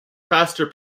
faster